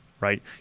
right